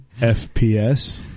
FPS